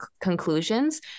conclusions